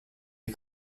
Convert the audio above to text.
die